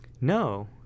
No